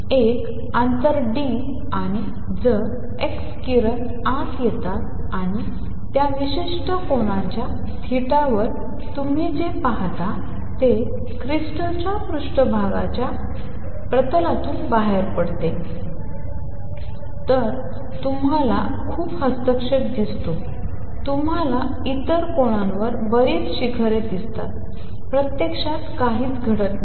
एक अंतर d आणि जर x किरण आत येतात आणि त्या विशिष्ट कोनांच्या थीटावर तुम्ही जे पाहता ते क्रिस्टलच्या पृष्ठभागाच्या विमानातून बाहेर पडले तर तुम्हाला खूप हस्तक्षेप दिसतो तुम्हाला इतर कोनांवर बरीच शिखरे दिसतात प्रत्यक्षात काहीच घडत नाही